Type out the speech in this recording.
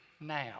now